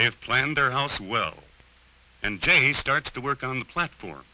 they have planned their house well and jamie starts to work on the platform